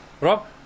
Rob